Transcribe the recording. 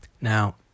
Now